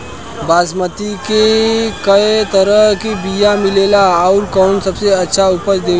बासमती के कै तरह के बीया मिलेला आउर कौन सबसे अच्छा उपज देवेला?